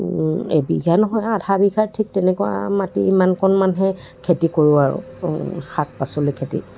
এবিঘা নহয় আধা বিঘা ঠিক মাটি ইমানকণমানহে খেতি কৰোঁ আৰু শাক পাচলি খেতি